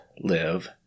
live